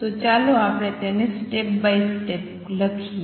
તો ચાલો આપણે તેને સ્ટેપ બાય સ્ટેપ લખીએ